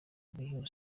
bwihuse